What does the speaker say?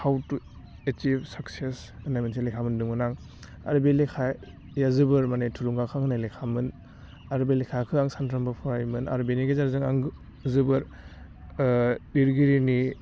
हाव to achieve success होनाय मोनसे लेखा मोन्दोंमोन आं आरो बे लेखाया जेबोर मानि थुलगाखां होनाय लेखामोन आरो बे लेखाखौ आं सानफ्रामबो फरायोमोन आरो बेनि गेजेरजों आं जोबोद लिरगिरिनि